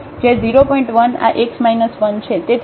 તેથી અહીં 0